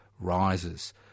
rises